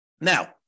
Now